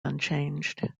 unchanged